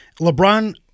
LeBron